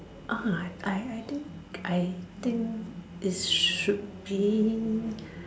I I I think I think it should being